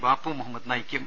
ബാപ്പു മുഹമ്മദ് നയിക്കും